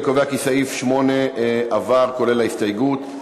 אני קובע כי סעיף 8 עבר, כולל ההסתייגות.